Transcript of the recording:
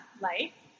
Life